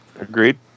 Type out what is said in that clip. Agreed